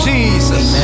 Jesus